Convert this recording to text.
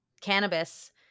cannabis